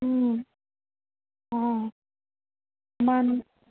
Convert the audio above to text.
हूं हा न